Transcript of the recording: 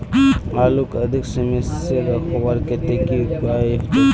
आलूक अधिक समय से रखवार केते की उपाय होचे?